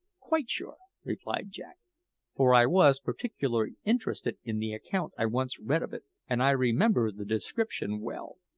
quite sure, replied jack for i was particularly interested in the account i once read of it, and i remember the description well.